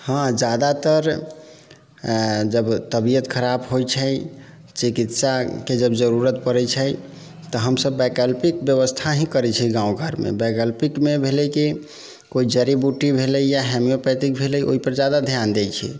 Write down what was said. हँ ज्यादातर जब तबियत खराब होइ छै चिकित्साके जब जरूरत पड़ै छै तऽ हमसभ वैकल्पिक व्यवस्था ही करै छी गाम घरमे वैकल्पिकमे भेलै कि कोइ जड़ी बूटी भेलै या होम्योपैथिक भेलै ओहिपर ज्यादा ध्यान दै छी